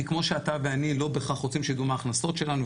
כי כמו שאתה ואני לא בהכרח רוצים שידעו מה ההכנסות שלנו,